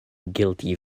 guilty